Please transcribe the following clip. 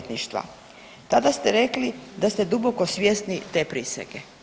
Tada ste rekli da ste duboko svjesni te prisege.